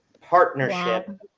partnership